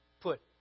put